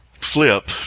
flip